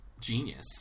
genius